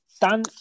Dan